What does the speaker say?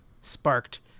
sparked